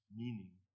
meaning